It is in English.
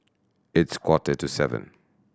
its quarter to seven